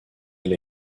elle